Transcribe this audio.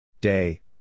Day